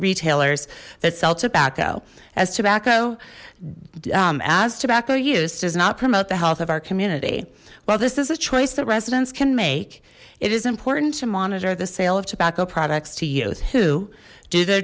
retailers that sell tobacco as tobacco as tobacco use does not promote the health of our community well this is a choice that residents can make it is important to monitor the sale of tobacco products to youth who do their